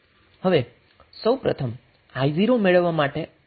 હવે સૌ પ્રથમ i0 મેળવવા માટે આપણે શું કરવાનું છે